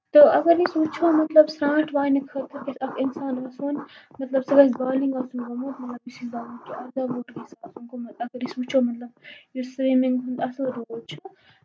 تہٕ اَگر أسۍ وُچھو مطلب سرانٹھ واینہٕ خٲطرٕ گژھِ اَکھ اِنسان آسُن مطلب سُہ گژھِ بالغ آسُن گوٚومُت مطلب یہِ چھُ زانُن کہِ اَرداہ وُہُر گژھِ آسُن گوٚومُت أسۍ اَگر وُچھو مطلب یُس سُوِمِنگ ہُند اَصٕل روٗل چھُ